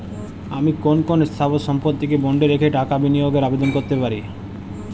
আমি কোন কোন স্থাবর সম্পত্তিকে বন্ডে রেখে টাকা বিনিয়োগের আবেদন করতে পারি?